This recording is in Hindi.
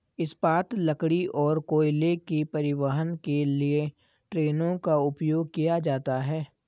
इस्पात, लकड़ी और कोयले के परिवहन के लिए ट्रेनों का उपयोग किया जाता है